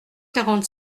quarante